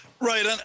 Right